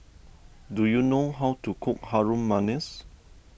do you know how to cook Harum Manis